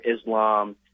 Islam